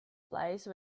place